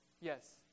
Yes